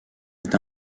est